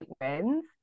wins